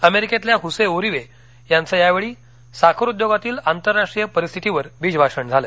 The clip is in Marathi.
अमेरिकेतल्या हसे ओरी वे यांचं यावेळी साखर उद्योगातील आंतरराष्टीय परिस्थितीवर बीजभाषण झालं